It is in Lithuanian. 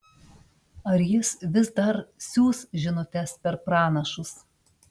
ar jis vis dar siųs žinutes per pranašus